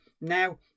Now